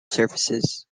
surfaces